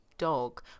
dog